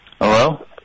Hello